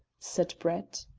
said brett.